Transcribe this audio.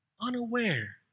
unaware